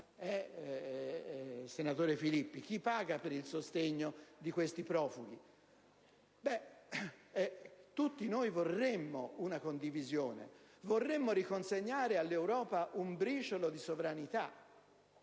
Filippi, per il sostegno di questi profughi? Tutti noi vorremmo una condivisione, vorremmo riconsegnare all'Europa un briciolo di sovranità,